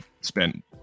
spent